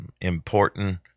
important